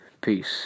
Peace